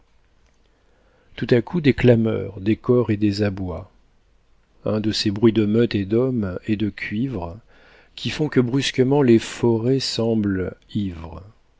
tout à coup des clameurs des cors et des abois un de ces bruits de meute et d'hommes et de cuivres qui font que brusquement les forêts semblent ivres